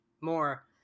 more